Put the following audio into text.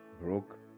broke